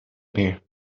meer